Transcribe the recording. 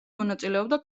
მონაწილეობდა